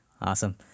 awesome